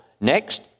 Next